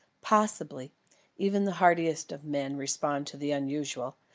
possibly even the hardiest of men respond to the unusual,